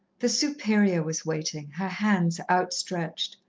the superior was waiting, her hands outstretched.